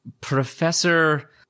Professor